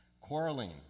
quarreling